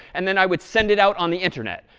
and then i would send it out on the internet.